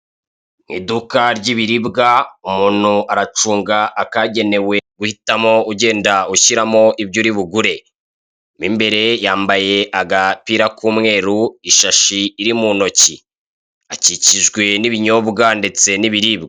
Iduka ry'ibiribwa, umuntu aracunga akagenewe guhitamo ugenda ushyiramo ibyo uri bugure. Mo mbere yambaye agapira k'umweru, ishashi iri mu ntoki. Akikijwe n'ibinyobwa ndetse n'ibiribwa.